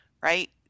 Right